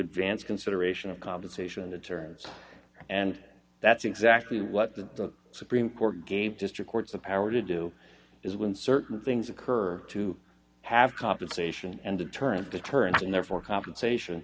advance consideration of compensation on the terms and that's exactly what the supreme court game district courts the power to do is when certain things occur to have compensation and deterrence deterrence and therefore compensation